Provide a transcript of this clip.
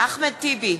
אחמד טיבי,